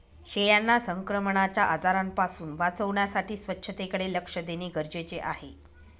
शेळ्यांना संक्रमणाच्या आजारांपासून वाचवण्यासाठी स्वच्छतेकडे लक्ष देणे गरजेचे आहे